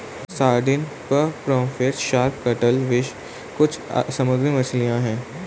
sardine, pomfret, shark, cuttlefish आदि कुछ समुद्री मछलियाँ हैं